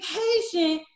patient